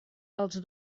els